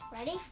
Ready